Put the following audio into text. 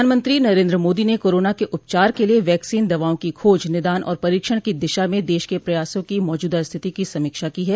प्रधानमंत्री नरेन्द्र मोदी ने कोरोना के उपचार के लिए वैक्सीन दवाओं की खोज निदान और परीक्षण की दिशा में देश के प्रयासों की मौजूदा स्थिति की समीक्षा की है